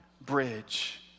bridge